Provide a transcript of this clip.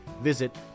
Visit